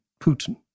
Putin